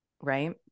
right